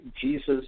Jesus